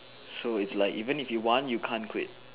so it's like even if you want you can't quit